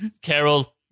Carol